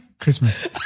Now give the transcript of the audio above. Christmas